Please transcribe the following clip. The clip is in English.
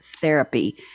Therapy